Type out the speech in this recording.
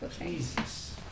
Jesus